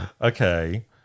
Okay